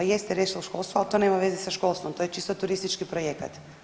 Pa jeste resor školstva, al to nema veze sa školstvom, to je čisto turistički projekat.